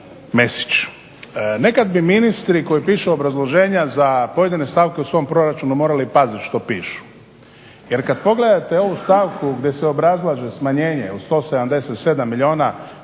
nekada bi ministri koji pišu obrazloženja za pojedine stavke u svom proračunu morali paziti što pišu. Jer kada pogledate ovu stavku gdje se obrazlaže smanjenje od 177 milijuna poticajnih